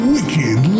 Wicked